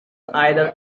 either